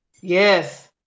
Yes